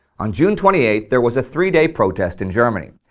on june twenty eighth there was a three-day protest in germany.